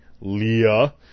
Leah